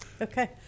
okay